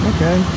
Okay